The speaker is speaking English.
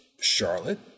Charlotte